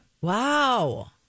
Wow